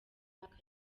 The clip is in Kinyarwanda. myaka